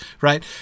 right